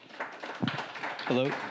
Hello